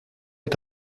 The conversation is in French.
est